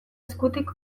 eskutik